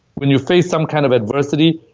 when you face some kind of adversity,